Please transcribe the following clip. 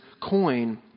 coin